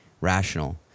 rational